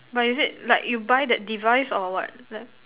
but is it like you buy that device or what left